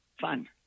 fun